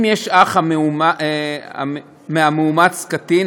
אם יש אח מאומץ קטין,